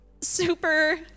super